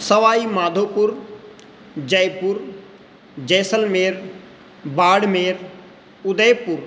Sawai Madhopur Jaipur Jaisalmer Barmer Udaipur